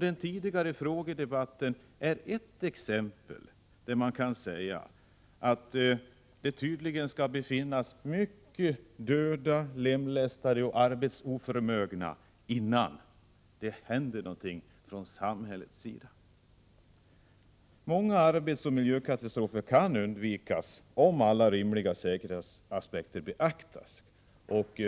Den frågedebatt som fördes tidigare i dag är ett exempel på att det tydligen måste bli ännu flera döda, lemlästade och arbetsoförmögna människor innan man gör någonting från samhällets sida. Många arbetsoch miljökatastrofer skulle kunna undvikas om alla rimliga säkerhetsaspekter beaktades och